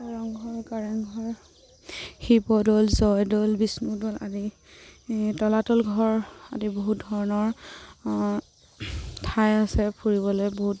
ৰংঘৰ কাৰেংঘৰ শিৱদৌল জয়দৌল বিষ্ণুদৌল আদি তলাতল ঘৰ আদি বহুত ধৰণৰ ঠাই আছে ফুৰিবলৈ বহুত